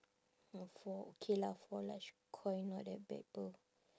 orh four okay lah four large koi not that bad [pe]